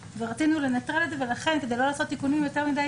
ורצינו לנטרל את זה ולכן כדי לא לעשות תיקונים יותר מדי